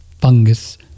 fungus